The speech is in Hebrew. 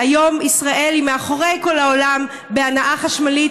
שהיום ישראל היא מאחורי כל העולם בהנעה חשמלית.